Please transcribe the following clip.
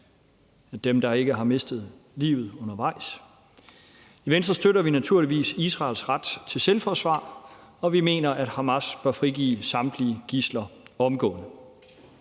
dem, der ikke har mistet livet undervejs. I venstre støtter vi naturligvis Israels ret til selvforsvar, og vi mener, at Hamas bør frigive samtlige gidsler omgående.